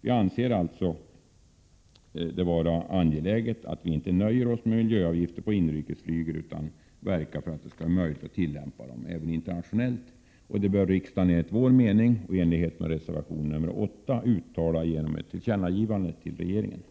Vi anser alltså att det är angeläget att vi inte nöjer oss med miljöavgifter på inrikesflyget, utan att vi verkar för att det skall vara möjligt att tillämpa avgifterna även internationellt. Detta bör riksdagen enligt vår mening och i enlighet med reservation 8 uttala genom ett tillkännagivande till regeringen.